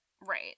Right